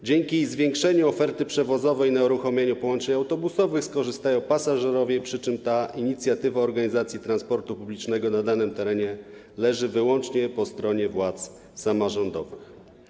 Na zwiększeniu oferty przewozowej na uruchomienie połączeń autobusowych skorzystają pasażerowie, przy czym inicjatywa organizacji transportu publicznego na danym terenie leży wyłącznie po stronie władz samorządowych.